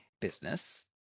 business